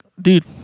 dude